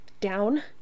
down